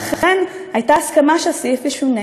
ואכן הייתה הסכמה שהסעיף ישונה.